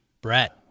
Brett